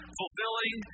fulfilling